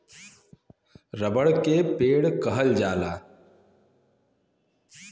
रबड़ के पेड़ कहल जाला